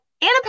anna